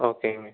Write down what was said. ஓகேங்க